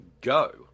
go